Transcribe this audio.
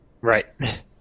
right